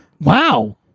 Wow